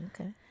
okay